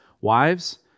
Wives